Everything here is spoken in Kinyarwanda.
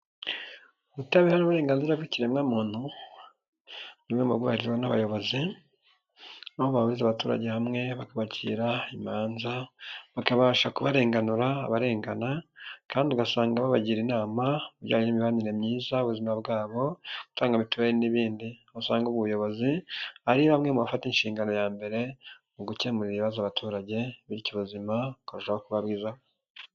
Ubutabera n'uburenganzira bw'ikiremwamuntu ni bimwe mu byibandwaho n'abayobozi aho bahuriza abaturage hamwe bakabacira imanza bakabasha kubarenganura abarengana kandi ugasanga babagira inama ijyanye n'imibanire myiza ubuzima bwabo gutanga mituweli n'ibindi. Usanga abuyobozi ari bamwe mu ba bafite inshingano ya mbere mu gukemura ibibazo abaturage bityo ubuzima bu bakarushaho kuba bwiza.